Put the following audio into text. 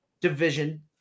division